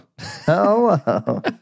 Hello